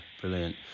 brilliant